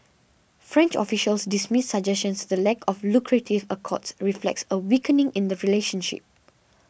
French officials dismiss suggestions the lack of lucrative accords reflects a weakening in the relationship